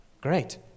Great